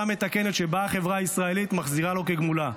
מתקנת שבה החברה הישראלית מחזירה לו כגמולו.